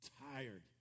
tired